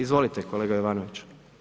Izvolite kolega Jovanović.